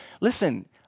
listen